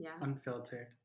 unfiltered